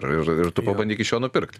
ir ir tu pabandyk iš jo nupirkt